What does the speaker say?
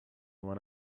one